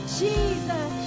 jesus